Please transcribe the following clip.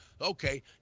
Okay